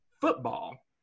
football